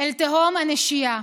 אל תהום הנשייה.